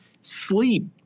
sleep